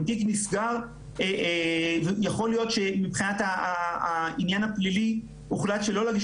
אם תיק נסגר ויכול להיות שמבחינת העניין הפלילי הוחלט שלא להגיש